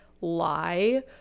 lie